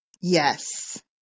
Yes